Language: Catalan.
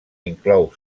inclou